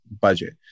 budget